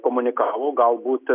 komunikavo galbūt